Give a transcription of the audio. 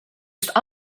just